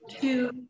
two